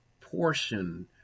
portion